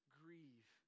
grieve